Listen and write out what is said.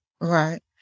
Right